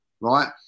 right